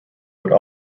would